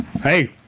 Hey